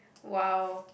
!wow!